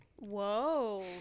Whoa